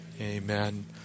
Amen